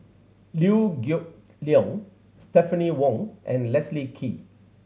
Liew Geok Leong Stephanie Wong and Leslie Kee